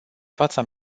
fața